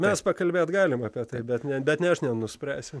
mes pakalbėt galim apie tai bet ne aš bet ne aš nenuspręsiu